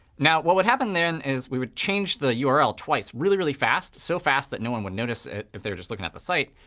now, what would happen then is we would change the yeah url twice really, really fast, so fast that no one would notice if they were just looking at the site.